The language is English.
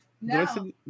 No